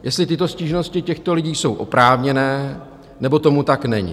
Jestli tyto stížnosti těchto lidí jsou oprávněné, nebo tomu tak není.